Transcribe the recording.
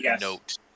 note